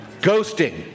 Ghosting